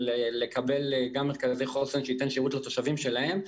לקבל גם הם מרכזי חוסן שייתנו שירות לתושבים שלהם.